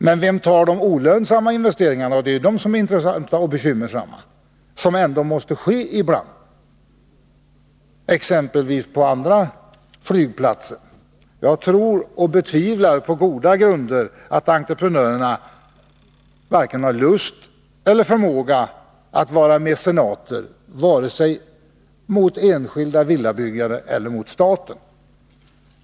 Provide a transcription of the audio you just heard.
Men vem tar de olönsamma investeringarna, som ändå måste ske ibland — exempelvis på andra flygplatser — och som ändå är de intressanta och de som orsakar bekymmer? Jag betvivlar på goda grunder att entreprenörer har lust eller förmåga att vara mecenater åt vare sig enskilda villabyggare eller staten.